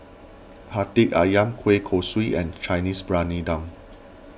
Hati Ayam Kueh Kosui and Chinese Briyani Dum